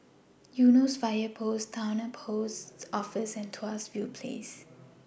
Eunos Fire Post Towner Post Office and Tuas View Place